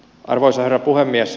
arvoisa herra puhemies